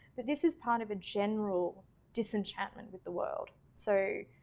but this is part of a general disenchantment with the world. so